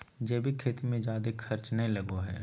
जैविक खेती मे जादे खर्च नय लगो हय